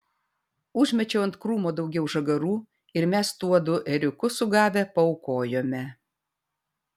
užmečiau ant krūmo daugiau žagarų ir mes tuodu ėriuku sugavę paaukojome